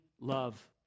love